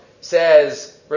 says